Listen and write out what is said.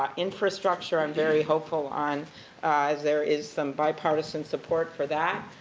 um infrastructure i'm very hopeful on as there is some bipartisan support for that.